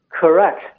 correct